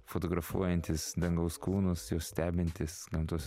fotografuojantis dangaus kūnus juos stebintis gamtos